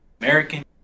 American